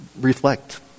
reflect